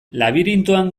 labirintoan